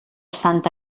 santa